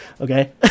okay